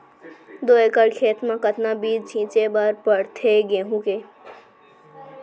दो एकड़ खेत म कतना बीज छिंचे बर पड़थे गेहूँ के?